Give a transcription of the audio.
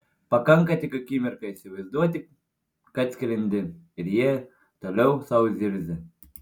pakanka tik akimirką įsivaizduoti kad skrendi ir jie toliau sau zirzia